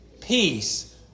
Peace